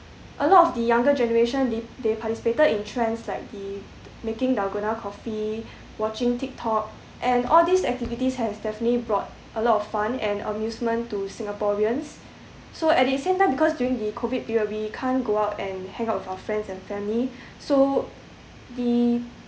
a lot of the younger generation the~ they participated in trends like the making dalgona coffee watching tik tok and all these activities has definitely brought a lot of fun and amusement to singaporeans so at the same time because during the COVID period we can't go out and hang out with our friends and family so the